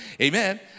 Amen